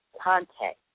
contact